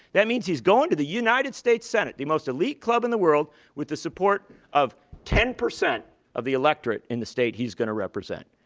that means he's going to the united states senate, the most elite club in the world with the support of ten percent of the electorate in the state he's going to represent.